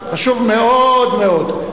חשוב מאוד מאוד.